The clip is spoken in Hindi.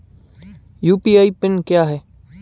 यू.पी.आई पिन क्या है?